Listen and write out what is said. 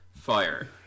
fire